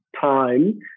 time